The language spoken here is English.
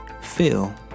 Phil